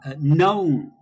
known